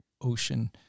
Ocean